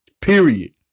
Period